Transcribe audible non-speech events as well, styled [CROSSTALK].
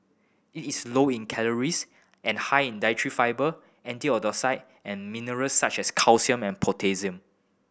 it is low in calories and high in dietary fibre [UNINTELLIGIBLE] and mineral such as calcium and potassium